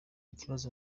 kibazo